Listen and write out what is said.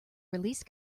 release